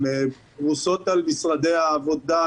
הן פרושות על משרדי העבודה,